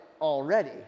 already